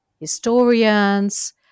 historians